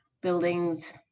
buildings